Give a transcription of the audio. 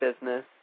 Business